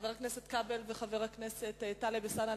חבר הכנסת כבל וחבר הכנסת טלב אלסאנע,